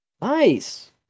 Nice